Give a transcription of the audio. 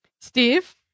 Steve